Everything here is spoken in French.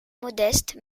modeste